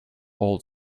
old